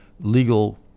legal